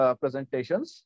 presentations